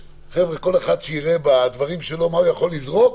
כל אחד שיראה בדברים שלו מה הוא יכול לזרוק